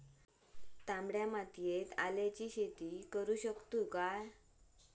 तामड्या मातयेत आल्याचा शेत करु शकतू काय?